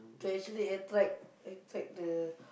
to actually attract attract the